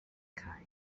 kind